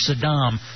Saddam